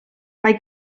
mae